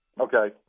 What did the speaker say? Okay